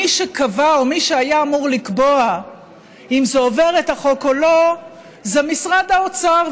מי שקבע או מי שהיה אמור לקבוע אם זה עובר את החוק או לא זה משרד האוצר,